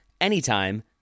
anytime